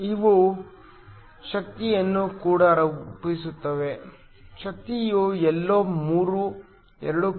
ನಾವು ಶಕ್ತಿಯನ್ನು ಕೂಡ ರೂಪಿಸುತ್ತೇವೆ ಶಕ್ತಿಯು ಎಲ್ಲೋ 3 2